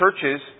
churches